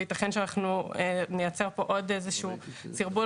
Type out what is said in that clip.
וייתכן שאנחנו נייצר פה עוד איזשהו סרבול